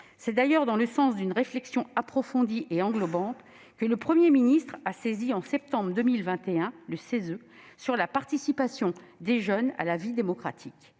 C'est d'ailleurs dans le sens d'une réflexion approfondie et englobante que le Premier ministre a saisi le CESE, en septembre 2021, sur la participation des jeunes à la vie démocratique.